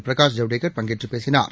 பிரகாஷ் ஜவ்டேகர் பங்கேற்று பேசினார்